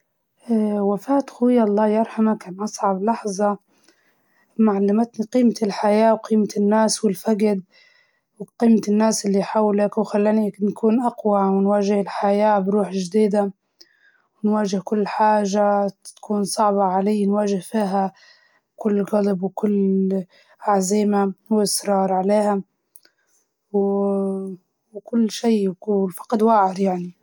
أكتر حدث أثر علي هو لما قررت نركز على دراستي، ها حسيت حياتي صارت أفضل وأجد، وبدأت نشوف الأمور بشكل أفضل.